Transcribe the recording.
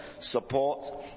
support